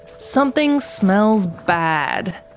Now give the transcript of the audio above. something smells bad.